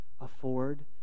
afford